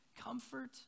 Comfort